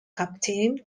captain